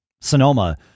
Sonoma